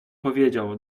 powiedział